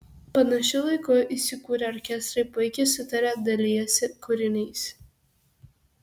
panašiu laiku įsikūrę orkestrai puikiai sutaria dalijasi kūriniais